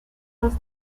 was